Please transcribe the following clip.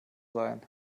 sein